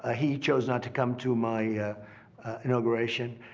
ah he chose not to come to my inauguration.